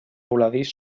voladís